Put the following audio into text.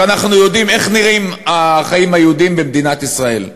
כשאנחנו יודעים איך נראים החיים היהודיים במדינת ישראל.